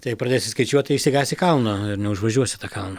tai pradėsi skaičiuot tai išsigąsi kalno ir neužvažiuosi į tą kalną